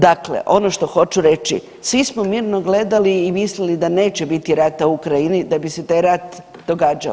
Dakle ono što hoću reći, svi smo mirno gledali i mislili da neće biti rata u Ukrajini, da bi se taj rat događao.